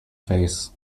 face